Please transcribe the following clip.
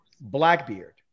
Blackbeard